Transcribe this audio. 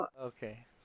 Okay